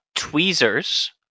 Tweezers